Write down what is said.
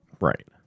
Right